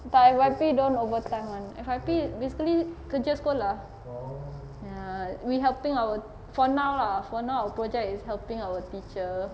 my F_Y_P don't overtime one my F_Y_P basically kerja sekolah ya we helping our for now lah for now project is helping our teacher